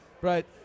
right